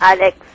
Alex